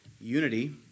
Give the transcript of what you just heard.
unity